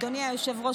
אדוני היושב-ראש,